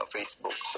Facebook